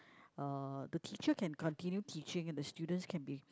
uh the teacher can continue teaching the students can be